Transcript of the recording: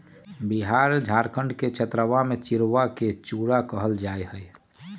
बिहार झारखंड के क्षेत्रवा में चिड़वा के चूड़ा कहल जाहई